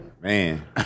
Man